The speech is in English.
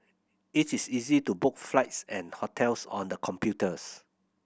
it is easy to book flights and hotels on the computers